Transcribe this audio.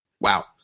Wow